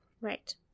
right